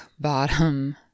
bottom